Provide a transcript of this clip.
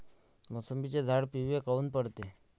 मोसंबीचे झाडं पिवळे काऊन पडते?